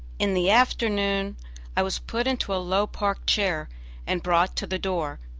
in the afternoon i was put into a low park chair and brought to the door.